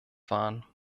waren